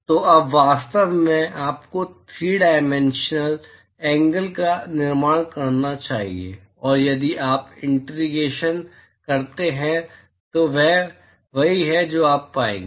तो अब वास्तव में आपको 3 डायमेंशनल एंगल का निर्माण करना चाहिए और यदि आप इंटीग्रेशन करते हैं तो यह वही है जो आप पाएंगे